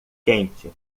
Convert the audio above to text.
quente